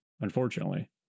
unfortunately